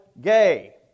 gay